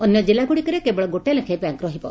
ଅନ୍ୟ ଜିଲ୍ଲଗୁଡ଼ିକରେ କେବଳ ଗୋଟାଏ ଲେଖାଏଁ ବ୍ୟାଙ୍କ୍ ରହିବ